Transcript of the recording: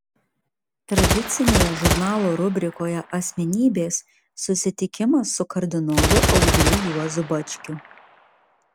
tradicinėje žurnalo rubrikoje asmenybės susitikimas su kardinolu audriu juozu bačkiu